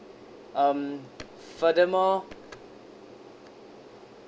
um furthermore